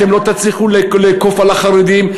אתם לא תצליחו לאכוף על החרדים.